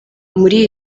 muri